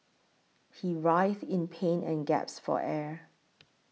he writhed in pain and gasped for air